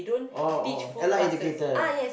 oh oh allied educator